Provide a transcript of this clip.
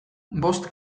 bost